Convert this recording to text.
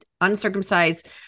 uncircumcised